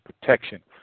protection